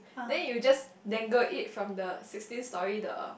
then you just then go it from the sixteen story the